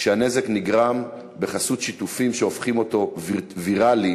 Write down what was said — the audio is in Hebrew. כשהנזק נגרם בחסות שיתופים, שהופכים אותו ויראלי,